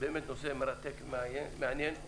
באמת נושא מרתק ומעניין,